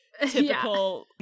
typical